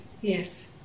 Yes